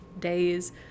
days